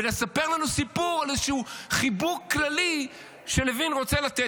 ולספר לנו סיפור על איזשהו חיבוק כללי שלוין רוצה לתת.